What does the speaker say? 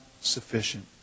sufficient